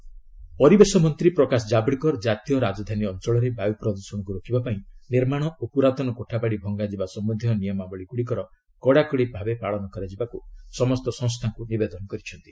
Javadekar pollution ପରିବେଶ ମନ୍ତ୍ରୀ ପ୍ରକାଶ ଜାଭେଡକର ଜାତୀୟ ରାଜଧାନୀ ଅଞ୍ଚଳରେ ବାୟୁ ପ୍ରଦ୍ଦଷଣକୁ ରୋକିବା ପାଇଁ ନିର୍ମାଣ ଓ ପୁରାତନ କୋଠାବାଡି ଭଙ୍ଗାଯିବା ସମ୍ଭନ୍ଧୀୟ ନିୟମାବଳୀ ଗୁଡ଼ିକର କଡାକଡ଼ି ପାଳନ କରିବାକୁ ସମସ୍ତ ସଂସ୍ଥାକୁ ନିବେଦନ କରିଛନ୍ତି